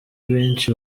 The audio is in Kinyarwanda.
benshi